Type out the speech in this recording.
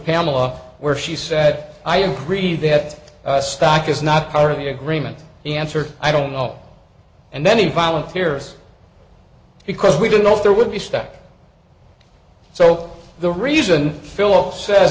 pamela where she said i agree that stock is not part of the agreement the answer i don't know and then he volunteers because we don't know if there would be stock so the reason philip says